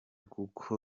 kuko